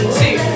two